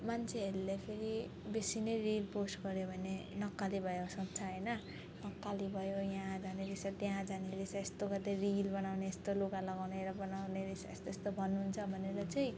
मान्छेहरूले फेरि बेसी नै रिल पोस्ट गर्यो भने नक्कले भयो सोच्छ होइन नक्कले भयो यहाँ जाने रहेछ त्यहाँ जाने रहेछ यस्तो गर्दै रिल बनाउने यस्तो लुगा लगाउने र बनाउने रहेछ यस्तो यस्तो भन्नुहुन्छ भनेर चाहिँ